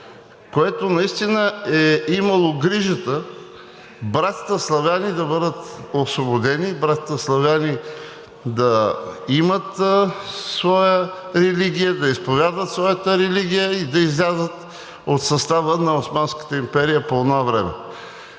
което наистина е имало грижата братята славяни да бъдат освободени, братята славяни да имат своя религия, да изповядват своята религия и да излязат от състава на Османската империя по онова време.